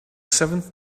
seventh